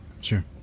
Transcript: sure